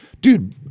dude